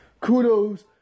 kudos